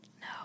no